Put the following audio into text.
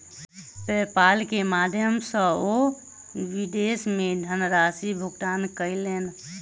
PayPal के माध्यम सॅ ओ विदेश मे धनराशि भुगतान कयलैन